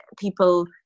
people